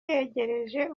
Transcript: yegereje